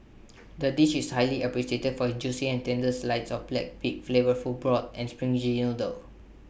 the dish is highly appreciated for its juicy and tender slides of black pig flavourful broth and springy noodles